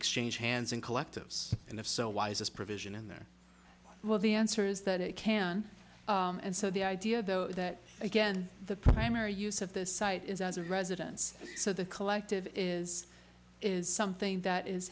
exchanged hands in collectives and if so why is this provision in there well the answer is that it can and so the idea though that again the primary use of this site is as a residence so the collective is is something that is